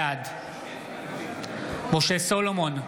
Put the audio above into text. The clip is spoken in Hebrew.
בעד משה סולומון,